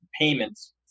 payments